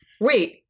Wait